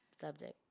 subject